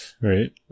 Right